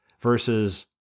versus